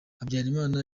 habyarimana